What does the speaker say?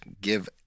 give